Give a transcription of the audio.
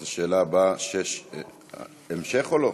אז השאלה הבאה, המשך או לא?